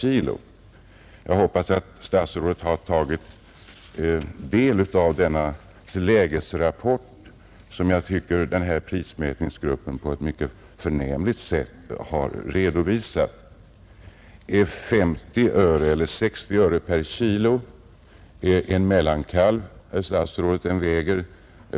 Jag hoppas att statsrådet har tagit del av den lägesrapport som prismätningsgruppen på ett mycket förnämligt sätt har redovisat. Den visar att jordbrukarnas förluster uppgick till 50:å 60 öre per kilogram.